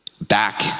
back